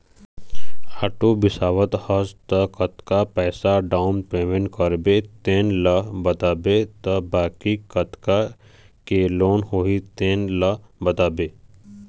auto बिसावत हस त कतका पइसा डाउन पेमेंट करबे तेन ल बताबे त बाकी कतका के लोन होही तेन ल बताथे